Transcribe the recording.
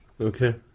Okay